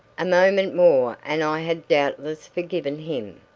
a moment more and i had doubtless forgiven him.